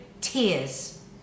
tears